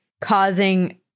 causing